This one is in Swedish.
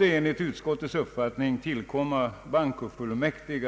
enligt utskottets uppfattning måste tillkomma bankofullmäktige.